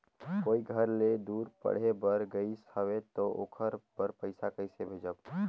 कोई घर ले दूर पढ़े बर गाईस हवे तो ओकर बर पइसा कइसे भेजब?